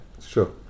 Sure